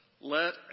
Let